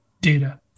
data